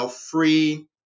free